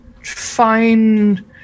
fine